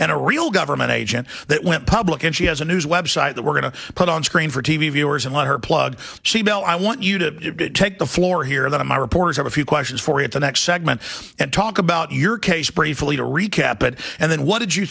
and a real government agent that went public and she has a news website that we're going to put on screen for t v viewers and let her plug she bill i want you to take the floor here that i'm i reporters have a few questions for at the next segment at talk about your case briefly to recap but and then what did you